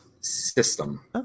system